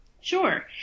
Sure